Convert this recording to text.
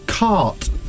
Cart